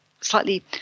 slightly